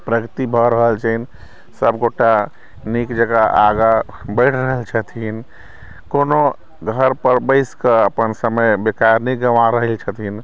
प्रगति भऽ रहल छनि सभ गोटा नीक जकाँ आगाँ बढ़ि रहल छथिन कोनो घर पर बसिके अपन समय बिता नहि गँवा रहल छथिन